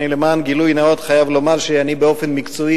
למען גילוי נאות אני חייב לומר שאני באופן מקצועי